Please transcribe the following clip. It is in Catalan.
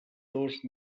dos